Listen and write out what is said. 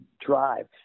drive